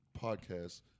podcasts